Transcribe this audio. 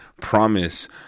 promise